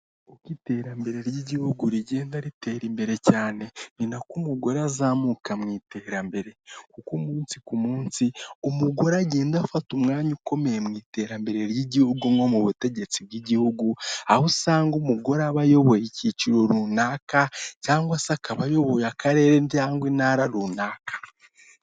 Uko iterambere ry'igihugu rigenda ritera imbere cyane ni nako umugore azamuka mu iterambere kuko umunsi ku munsi umugore agenda afata umwanya ukomeye mu iterambere ry'igihugu nko mu butegetsi bw'igihugu aho usanga umugore aba ayoboye icyiciro runaka cyangwa se akaba ayoboye akarere cyangwa intara runaka .